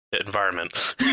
Environment